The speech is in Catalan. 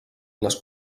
les